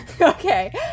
Okay